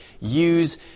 use